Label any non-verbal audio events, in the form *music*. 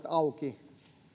*unintelligible* auki